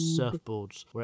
surfboards